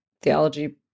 theology